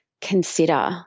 consider